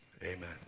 Amen